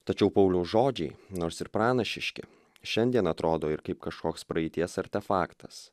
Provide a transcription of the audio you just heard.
tačiau pauliaus žodžiai nors ir pranašiški šiandien atrodo ir kaip kažkoks praeities artefaktas